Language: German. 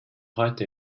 heute